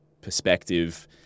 perspective